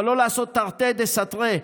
אבל לא לעשות תרתי דסתרי,